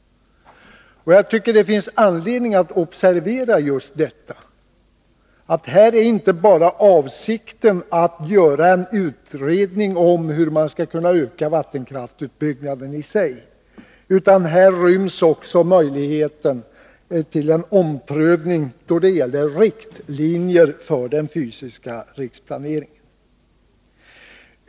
Jag tycker det finns anledning att observera just detta. Avsikten är inte bara att utreda hur man skall kunna öka vattenkraftsutbyggnaden i sig, utan här ryms också möjligheten för en omprövning då det gäller riktlinjer för den fysiska riksplaneringen.